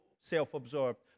self-absorbed